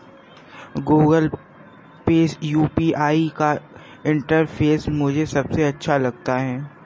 Google Pay UPI का interface मुझे सबसे अच्छा लगता है